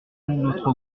notre